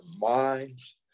minds